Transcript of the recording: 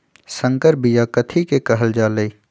संकर बिया कथि के कहल जा लई?